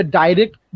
direct